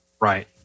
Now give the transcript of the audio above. Right